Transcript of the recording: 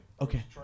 Okay